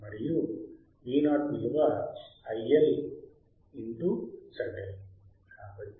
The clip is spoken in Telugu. మరియు Vo విలువ I ఇంటూ ZL